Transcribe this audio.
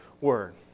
word